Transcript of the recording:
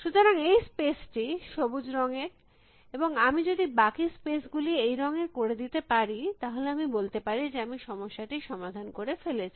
সুতরাং এই স্পেসটি সবুজ রঙের এবং আমি যদি বাকি স্পেস গুলি এই রঙের করে দিতে পারি তাহলে আমি বলতে পারি যে আমি সমস্যাটির সমাধান করে ফেলেছি